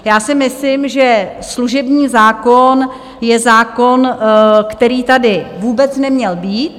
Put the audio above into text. Já si myslím, že služební zákon je zákon, který tady vůbec neměl být.